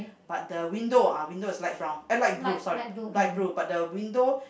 but the window ah window is light brown eh light blue sorry light blue light blue but the window